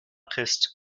christ